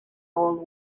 old